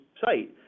site